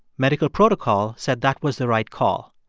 medical protocol said that was the right call.